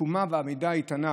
התקומה והעמידה האיתנה